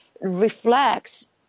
reflects